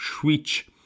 switch